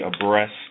abreast